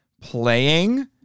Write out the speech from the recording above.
playing